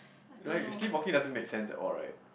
like you sleepwalking doesn't make sense at all right